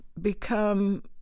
become